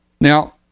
Now